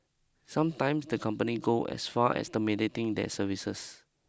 sometimes the company go as far as the terminating their service